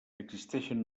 existeixen